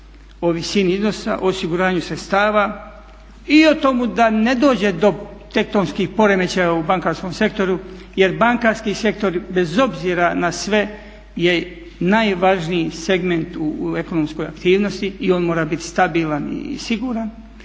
o visini iznosa, o osiguranju sredstava i o tomu da ne dođe do tektonskih poremećaja u bankarskom sektoru jer bankarski sektor bez obzira na sve je najvažniji segment u ekonomskoj aktivnosti i on mora biti stabilan i siguran,